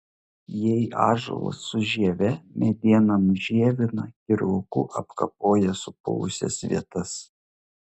jei ąžuolas su žieve medieną nužievina kirvuku apkapoja supuvusias vietas